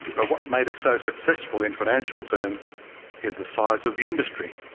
but what made it so successful in financial terms is the size of the industry.